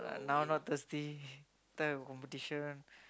now not thirsty later I got competition